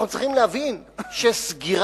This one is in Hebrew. אנחנו צריכים להבין שסגירה,